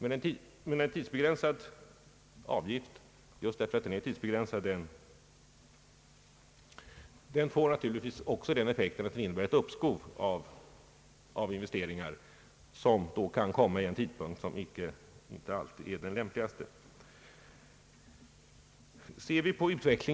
Eftersom det var en tidsbegränsad avgift, har den samtidigt haft effekten att medföra ett uppskov med vissa investeringar, som kanske sedan kommer vid den inte alltid lämpligaste tidpunkten.